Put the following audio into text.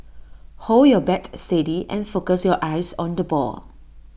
hold your bat steady and focus your eyes on the ball